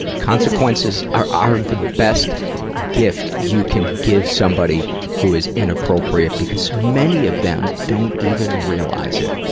consequences are are the best gift you can give somebody who is inappropriate, because many of them don't even realize it.